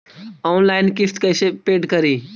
Online किस्त कैसे paid करि?